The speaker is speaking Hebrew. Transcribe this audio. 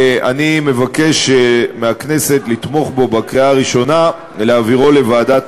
אני מבקש מהכנסת לתמוך בו בקריאה הראשונה ולהעבירו לוועדת